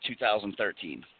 2013